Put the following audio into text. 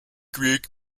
greg